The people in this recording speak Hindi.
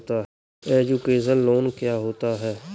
एजुकेशन लोन क्या होता है?